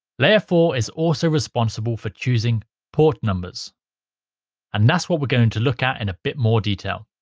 layer four is also responsible for choosing port numbers and that's what we're going to look at in a bit more detail.